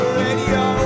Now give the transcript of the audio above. radio